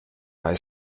bei